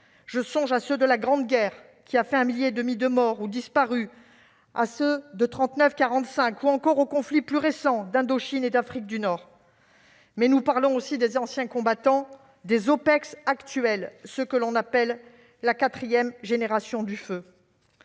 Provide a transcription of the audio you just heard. je songe à ceux de la Grande Guerre, qui a fait 1,5 million de morts ou de disparus, à ceux de 39-45 ou encore à ceux des conflits plus récents d'Indochine et d'Afrique du Nord. Mais nous parlons aussi des anciens combattants des OPEX actuelles, ceux que l'on appelle la quatrième génération du feu.